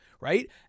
right